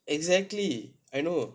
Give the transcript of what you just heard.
exactly I know